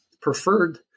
preferred